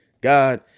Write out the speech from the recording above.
God